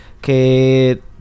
que